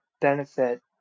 benefit